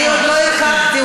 אני עוד לא החלטתי.